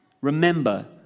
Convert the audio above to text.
remember